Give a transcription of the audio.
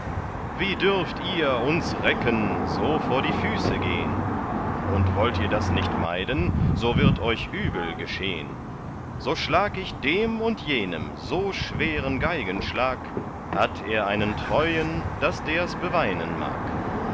wie dürft ihr uns recken so vor die füße gehn und wollt ihr das nicht meiden so wird euch übel geschehn so schlag ich dem und jenem so schweren geigenschlag hat er einen treuen daß ders beweinen mag